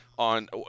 on